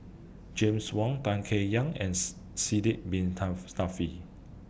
James Wong Tan Chay Yan and Sidek Bin